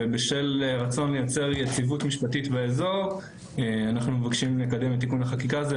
ובשל רצון לייצר יציבות משפטית באזור אנחנו מקדם את תיקון החקיקה הזה,